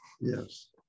Yes